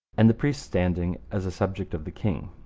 and the priest's standing as a subject of the king.